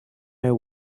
know